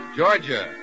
Georgia